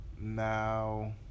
Now